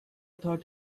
thought